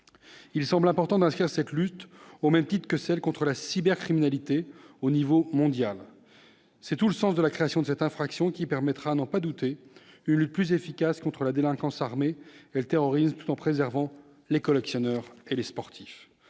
il semble important d'inscrire cette lutte, au même titre que celle contre la cybercriminalité, au niveau mondial. C'est tout le sens de la création de cette infraction, qui permettra, à n'en pas douter, une lutte plus efficace contre la délinquance armée et le terrorisme, tout en préservant les collectionneurs et les sportifs.